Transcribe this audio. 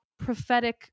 prophetic